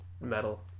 metal